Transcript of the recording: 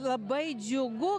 labai džiugu